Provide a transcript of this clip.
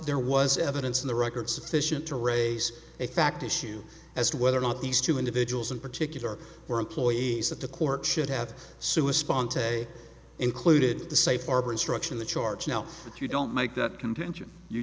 there was evidence in the record sufficient to raise a fact issue as to whether or not these two individuals in particular were employees that the court should have sue a sponsor a included the safe harbor instruction the charge now that you don't make that contention you